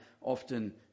often